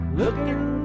looking